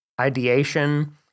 ideation